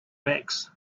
backs